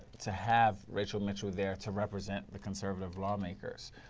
to have rachel mitchell there to represent the conservative lawmakers.